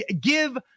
give